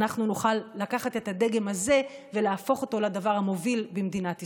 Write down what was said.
אנחנו נוכל לקחת את הדגם הזה ולהפוך אותו לדבר המוביל במדינת ישראל.